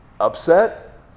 upset